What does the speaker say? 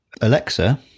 Alexa